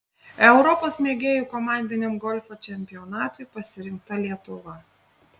europos mėgėjų komandiniam golfo čempionatui pasirinkta lietuva